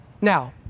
Now